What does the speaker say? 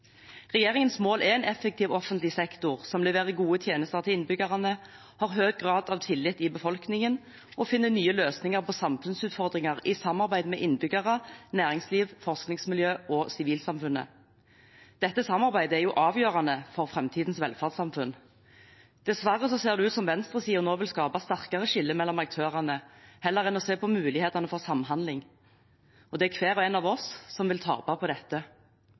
Regjeringens mål er en effektiv offentlig sektor som leverer gode tjenester til innbyggerne, har høy grad av tillit i befolkningen og finner nye løsninger på samfunnsutfordringer i samarbeid med innbyggere, næringsliv, forskningsmiljø og sivilsamfunnet. Dette samarbeidet er avgjørende for framtidens velferdssamfunn. Dessverre ser det ut som om venstresiden nå vil skape et sterkere skille mellom aktørene heller enn å se på mulighetene for samhandling. Det er hver og en